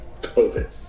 COVID